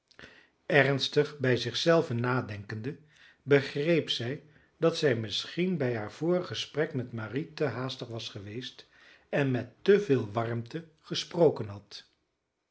ernstig bij zich zelven nadenkende begreep zij dat zij misschien bij haar vorig gesprek met marie te haastig was geweest en met te veel warmte gesproken had